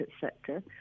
sector